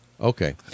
Okay